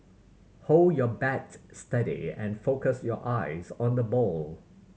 hold your bat steady and focus your eyes on the ball